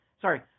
sorry